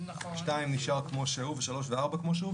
(2) נשאר כמו שהוא ו-(3) ו-(4) כמו שהוא,